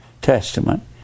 Testament